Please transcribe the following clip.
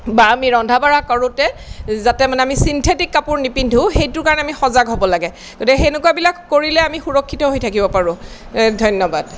বা আমি ৰন্ধা বঢ়া কৰোঁতে যাতে মানে আমি চিন্থেটিক কাপোৰ নিপিন্ধোঁ সেইটোৰ কাৰণে আমি সজাগ হ'ব লাগে গতিকে সেনেকুৱাবিলাক কৰিলে আমি সুৰক্ষিত হৈ থাকিব পাৰোঁ ধন্যবাদ